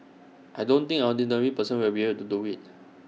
I don't think any ordinary person will be able to do IT